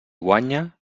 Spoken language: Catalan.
guanya